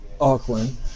Auckland